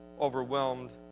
overwhelmed